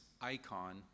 icon